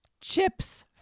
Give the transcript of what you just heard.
chips